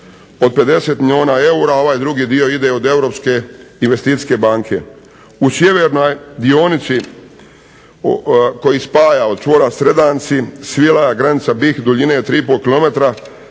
od 50 milijuna eura, a ovaj drugi dio ide od Europske investicijske banke. U sjevernoj dionici koji spaja od čvora Sredanci-Svilaja-Granica BiH duljine 3,5 km